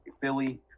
Philly